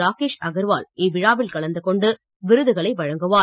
ராகேஷ் அகர்வால் இவ்விழாவில் கலந்துகொண்டு விருதுகளை வழங்குவார்